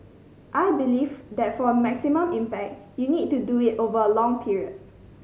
I believe that for maximum impact you need to do it over a long period